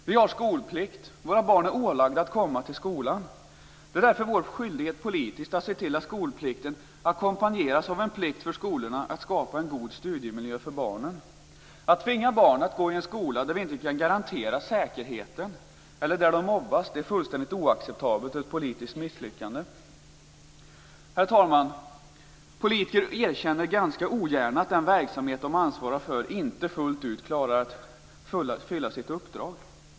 Vi har skolplikt. Våra barn är ålagda att komma till skolan. Det är därför vår skyldighet politiskt att se till att skolplikten ackompanjeras av en plikt för skolorna att skapa en god studiemiljö för barnen. Att tvinga barn att gå i en skola där vi inte kan garantera säkerheten eller där de mobbas är fullständigt oacceptabelt och ett politiskt misslyckande. Herr talman! Politiker erkänner ganska ogärna att den verksamhet de ansvarar för inte fullt ut klarar att fylla sitt uppdrag.